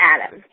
Adam